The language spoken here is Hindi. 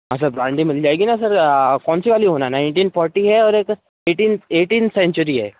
हाँ सर ब्रांडी मिल जाएगी ना सर कौन सी वाली होना है नाइंटीन फोर्टी है और एक एटीन एटीन सेंचुरी है